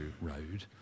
road